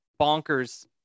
bonkers